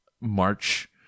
march